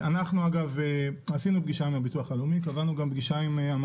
אנחנו עשינו פגישה עם הביטוח הלאומי,